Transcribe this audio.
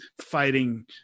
fighting